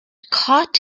caught